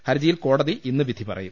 ഹർജിയിൽ കോടതി ഇന്ന് വിധി പറയും